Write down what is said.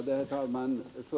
Herr talman!